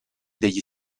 degli